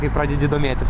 kai pradedi domėtis